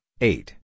eight